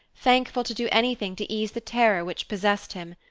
thankful to do anything to ease the terror which possessed him.